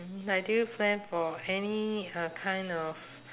like do you plan for any uh kind of